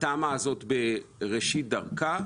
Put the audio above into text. התמ"א הזו נמצאת בראשית דרכה,